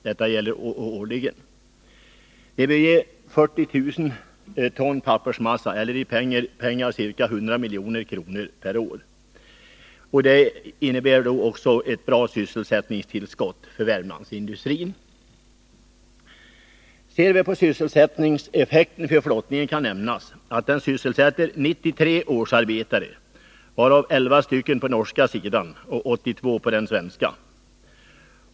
Det bör ge ca 40 000 ton pappersmassa eller i pengar räknat ca 100 milj.kr. per år. Det innebär också ett gott sysselsättningstillskott för Värmlandsindustrin. Ser vi på sysselsättningseffekten för flottningen, kan det nämnas att den sysselsätter 93 årsarbetare, varav 11 på den norska sidan och 82 på den svenska.